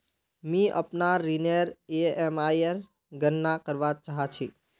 मि अपनार ऋणनेर ईएमआईर गणना करवा चहा छी